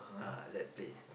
ah that place